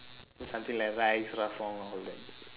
so something like rice all that